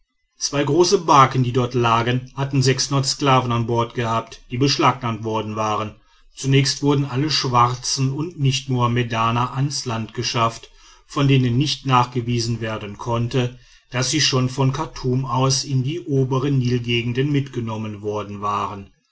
zwei große barken die dort lagen hatten sklaven an bord gehabt die beschlagnahmt worden waren zunächst wurden alle schwarzen und nichtmohammedaner ans land geschafft von denen nicht nachgewiesen werden konnte daß sie schon von chartum aus in die oberen nilgegenden mitgenommen worden waren